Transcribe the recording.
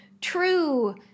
true